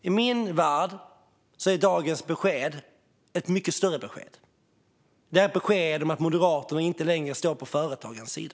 I min värld är dagens besked ett större besked, nämligen ett besked om att Moderaterna inte längre står på företagarens sida.